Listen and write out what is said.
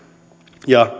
ja